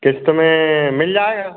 क़िस्त में मिल जाएगा